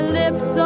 lips